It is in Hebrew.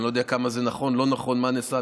אני לא יודע כמה זה נכון, לא נכון, מה נעשה.